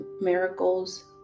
miracles